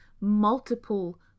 multiple